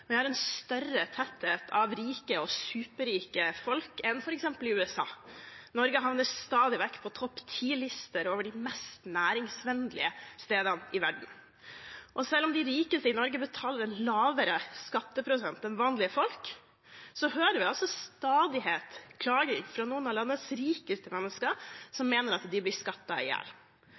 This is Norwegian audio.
Vi har en større tetthet av rike og superrike folk enn f.eks. USA. Norge havner stadig vekk på topp-ti-lister over de mest næringsvennlige stedene i verden. Selv om de rikeste i Norge betaler en lavere skatteprosent enn vanlige folk, hører vi til stadighet klaging fra noen av landets rikeste mennesker som mener at de blir